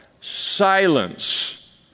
Silence